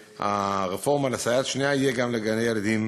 שהרפורמה לסייעת השנייה תהיה גם לגני-ילדים